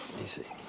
you see.